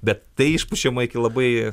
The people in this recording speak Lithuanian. bet tai išpučiama iki labai